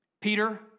Peter